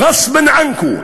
"ראס בין עינכום",